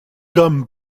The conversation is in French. grand